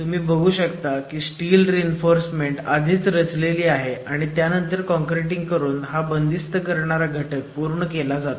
तुम्ही बघू शकता की स्टील रिइन्फोर्समेंट आधीच रचलेली आहे आणि त्यानंतर कॉनक्रिटिंग करून हा बंदिस्त करणारा घटक पूर्ण केला जातो